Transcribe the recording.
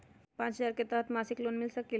पाँच हजार के तहत मासिक लोन मिल सकील?